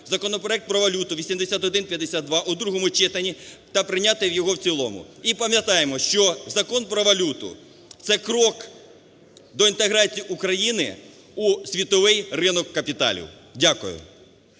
законопроект про валюту (8152) у другому читанні та прийняти його в цілому. І пам'ятаємо, що Закон "Про валюту" – це крок до інтеграції України у світовий ринок капіталів. Дякую.